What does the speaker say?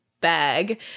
bag